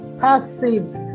passive